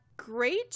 Great